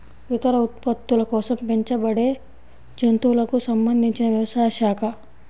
ఇతర ఉత్పత్తుల కోసం పెంచబడేజంతువులకు సంబంధించినవ్యవసాయ శాఖ